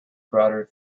broader